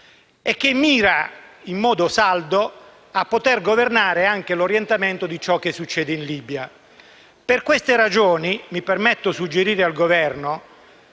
e che mira in modo saldo a governare anche l'orientamento di ciò che succede in Libia. Per queste ragioni mi permetto di suggerire al Governo